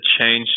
change